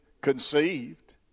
conceived